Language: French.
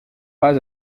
pas